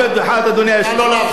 נא לא להפריע.